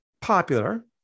popular